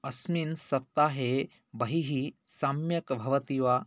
अस्मिन् सप्ताहे बहिः सम्यक् भवति वा